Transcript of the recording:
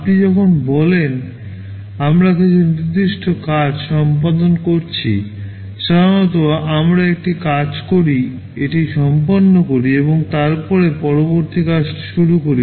আপনি যখন বলেন আমরা কিছু নির্দিষ্ট কাজ সম্পাদন করছি সাধারণত আমরা একটি কাজ করি এটি সম্পন্ন করি এবং তারপরে পরবর্তী কাজটি শুরু করি